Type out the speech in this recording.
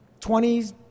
20s